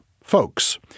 folks